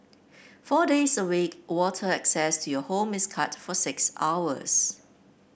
four days a week water access to your home is cut for six hours